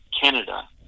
Canada